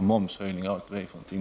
momshöjningar osv.